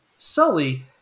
sully